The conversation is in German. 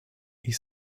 ich